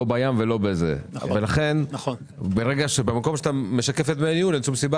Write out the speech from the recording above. לא בים ולא במקום אחר אין שום סיבה